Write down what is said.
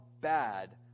bad